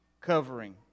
covering